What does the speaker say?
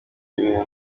ibintu